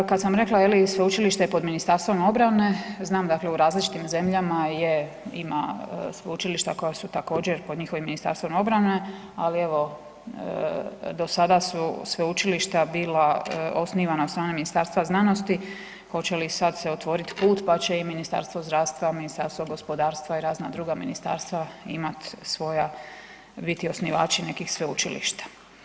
Kad sam rekla je li sveučilište je pod Ministarstvom obrane, znam dakle u različitim zemljama je, ima sveučilišta koja su također pod njihovim Ministarstvom obrane, ali evo dosada su sveučilišta bila osnivana od strane Ministarstva znanosti, hoće li sad se otvorit put, pa će i Ministarstvo zdravstva, Ministarstvo gospodarstva i razna druga ministarstva imat svoja, biti osnivači nekih sveučilišta.